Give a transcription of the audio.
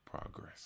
progress